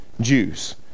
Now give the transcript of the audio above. Jews